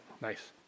Nice